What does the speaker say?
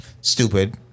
stupid